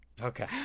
Okay